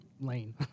lane